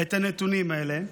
את הנתונים האלה,